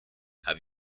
have